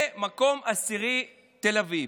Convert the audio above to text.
מקום עשירי, תל אביב.